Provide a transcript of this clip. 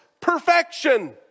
perfection